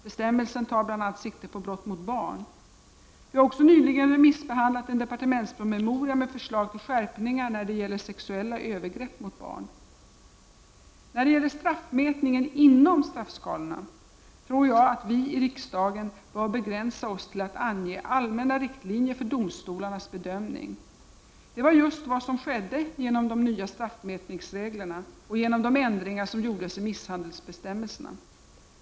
Bestämmelsen tar bl.a. sikte på brott mot barn. Vi har också nyligen remissbehandlat en departementspromemoria med förslag till skärpningar när det gäller sexuella övergrepp mot barn. När det gäller straffmätningen inom straffskalorna tror jag att vi i riksdagen bör begränsa oss till att ange allmänna riktlinjer för domstolarnas bedömning. Det var just vad som skedde genom de nya straffmätningsreglerna och genom de ändringar som gjordes i misshandelsbestämmelserna.